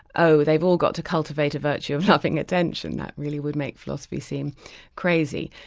oh they've all got to cultivate a virtue of loving attention, that really would make philosophy seem crazy.